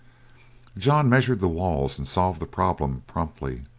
john measured the walls and solved the problem promptly.